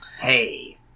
Hey